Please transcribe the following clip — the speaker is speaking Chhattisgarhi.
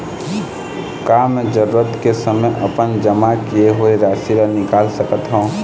का मैं जरूरत के समय अपन जमा किए हुए राशि ला निकाल सकत हव?